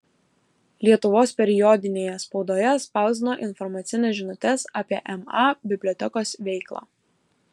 lietuvos periodinėje spaudoje spausdino informacines žinutes apie ma bibliotekos veiklą